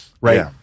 right